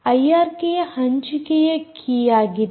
IRK ಯು ಹಂಚಿಕೆಯ ಕೀ ಆಗಿದೆ